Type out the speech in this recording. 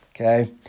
okay